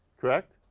correct?